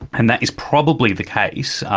and that is probably the case.